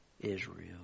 Israel